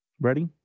Ready